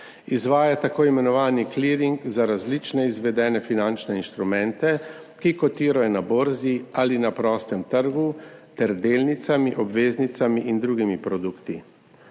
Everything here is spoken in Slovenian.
Izvaja tako imenovani kliring za različne izvedene finančne instrumente, ki kotirajo na borzi ali na prostem trgu, ter delnicami, obveznicami in drugimi produkti.